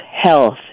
health